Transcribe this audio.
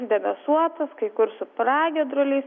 debesuotas kai kur su pragiedruliais